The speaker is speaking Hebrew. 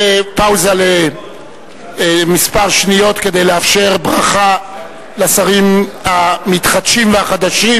פאוזה לכמה שניות כדי לאפשר ברכה לשרים המתחדשים והחדשים.